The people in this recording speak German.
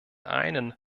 einen